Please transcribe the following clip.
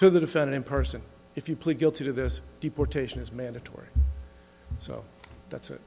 to the defendant person if you plead guilty to this deportation is mandatory so that's it